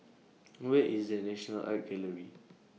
Where IS The National Art Gallery